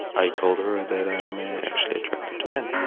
i told her that i'm actually attracted to men